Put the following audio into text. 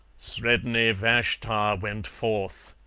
sredni vashtar went forth,